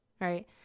Right